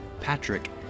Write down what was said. Patrick